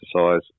exercise